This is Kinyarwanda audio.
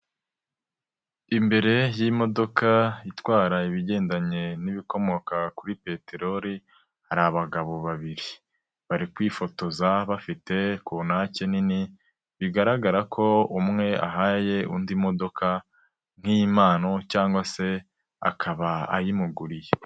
Imbere y'imodoka itwara ibigendanye n'ibikomoka kuri peterori hari abagabo babiri, bari kwifotoza bafite kontake nini bigaragara ko umwe ahaye undi imodoka nk'impano cyangwa se akaba ayimuguriye.